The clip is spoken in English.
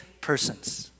persons